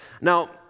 Now